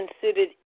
considered